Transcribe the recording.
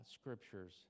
Scriptures